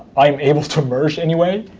i'm able to merge anyway.